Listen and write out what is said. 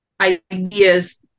ideas